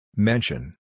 Mention